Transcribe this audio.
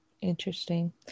Interesting